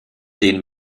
den